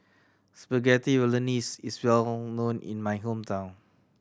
Spaghetti Bolognese is well known in my hometown